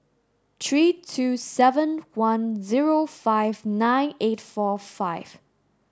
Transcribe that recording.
three two seven one zero five nine eight four five